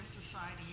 society